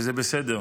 וזה בסדר,